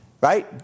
right